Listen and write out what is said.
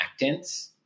actants